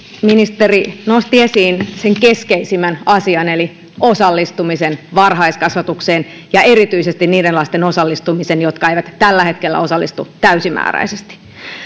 ministeri nosti esiin sen keskeisimmän asian eli osallistumisen varhaiskasvatukseen ja erityisesti niiden lasten osallistumisen jotka eivät tällä hetkellä osallistu täysimääräisesti